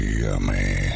Yummy